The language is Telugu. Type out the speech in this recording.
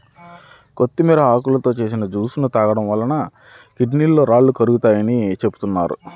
కొత్తిమీర ఆకులతో చేసిన జ్యూస్ ని తాగడం వలన కిడ్నీ రాళ్లు కరుగుతాయని చెబుతున్నారు